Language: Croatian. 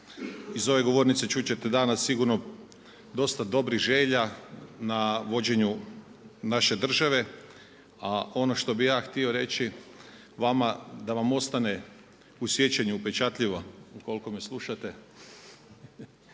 Iz ove govornice čut ćete danas sigurno dosta dobrih želja na vođenju naše države. A ono što bih ja htio reći vama da vam ostane u sjećanju upečatljivo ukoliko me slušate